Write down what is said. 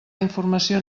informació